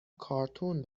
کارتون